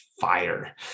fire